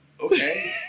okay